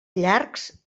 llargs